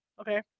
okay